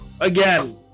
again